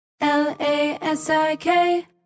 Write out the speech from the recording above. L-A-S-I-K